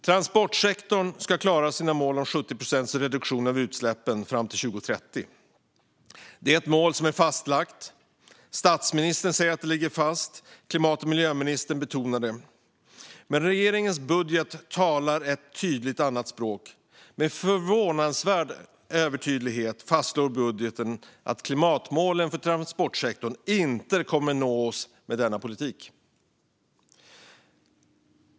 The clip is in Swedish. Transportsektorn ska klara sina mål om 70 procents reduktion av utsläppen fram till 2030. Det är ett mål som är fastlagt. Statsministern säger att det ligger fast. Klimat och miljöministern betonar det. Men regeringens budget talar tydligt ett annat språk. Med förvånansvärd övertydlighet fastslår budgeten att klimatmålen för transportsektorn inte kommer att nås med denna politik.